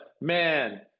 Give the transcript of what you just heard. man